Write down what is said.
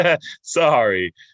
sorry